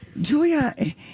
Julia